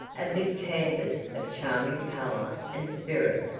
a big canvas of charming color and spirit,